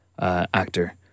actor